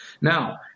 Now